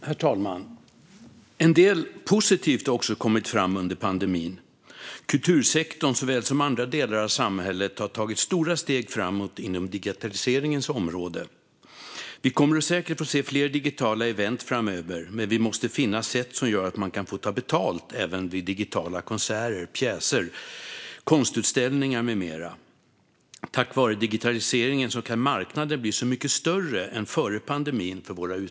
Herr talman! En del positivt har också kommit fram under pandemin. Kultursektorn såväl som andra delar av samhället har tagit stora steg framåt inom digitaliseringens område. Vi kommer säkert att få se fler digitala event framöver, men vi måste finna sätt som gör att man kan få ta betalt även vid digitala konserter, pjäser, konstutställningar med mera. Tack vare digitaliseringen kan marknaden för våra utövare bli så mycket större än före pandemin.